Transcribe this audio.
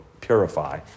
purify